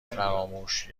فراموش